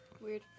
Weird